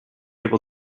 able